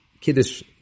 Kiddush